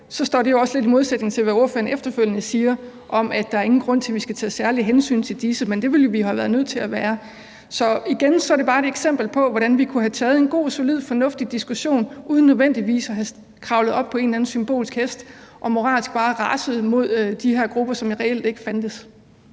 står det jo også lidt i modsætning til, hvad ordføreren efterfølgende siger om, at der ingen grund er til, at vi skal tage særlige hensyn til disse, men det ville vi jo have været nødt til at gøre. Så igen er det bare et eksempel på, hvordan vi kunne have haft en god, solid, fornuftig diskussion uden nødvendigvis at være kravlet op på en eller anden symbolsk hest og moralsk bare raset mod de her grupper, som reelt ikke fandtes.